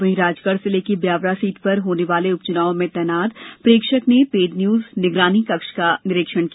वहीं राजगढ़ जिले की ब्यावरा सीट पर होने वाले उपच्चनावों में तैनात प्रेक्षक ने पेड न्यूज निगरानी कक्ष का निरीक्षण किया